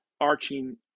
arching